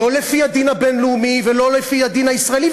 לא לפי הדין הבין-לאומי ולא לפי הדין הישראלי,